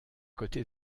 côté